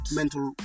mental